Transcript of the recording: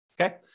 Okay